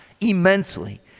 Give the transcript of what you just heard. immensely